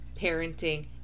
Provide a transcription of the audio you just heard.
parenting